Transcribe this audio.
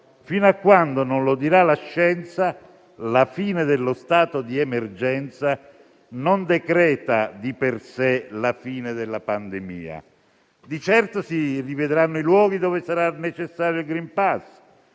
fino a quando non lo dirà la scienza, la fine dello stato di emergenza non decreta di per sé la fine della pandemia; di certo si rivedranno i luoghi dove sarà necessario il *green pass,*